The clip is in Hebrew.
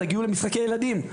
תגיעו למשחקי ילדים,